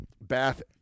Bath